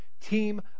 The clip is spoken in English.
team